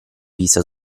vista